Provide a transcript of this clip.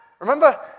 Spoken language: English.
Remember